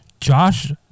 Josh